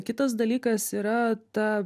kitas dalykas yra ta